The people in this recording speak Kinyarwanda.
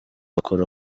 bakora